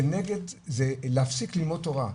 זה להפסיק ללמוד תורה.